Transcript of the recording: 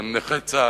הלוא הם נכי צה"ל,